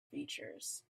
features